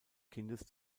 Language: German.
kindes